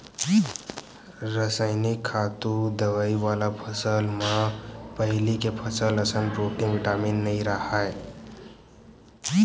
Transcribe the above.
रसइनिक खातू, दवई वाला फसल म पहिली के फसल असन प्रोटीन, बिटामिन नइ राहय